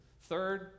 Third